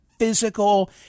physical